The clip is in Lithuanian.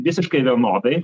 visiškai vienodai